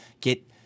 get